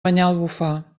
banyalbufar